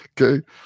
Okay